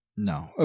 No